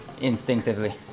Instinctively